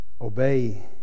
obey